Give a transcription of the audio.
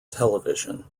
television